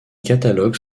catalogues